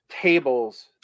tables